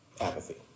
apathy